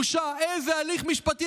בושה"; איזה הליך משפטי,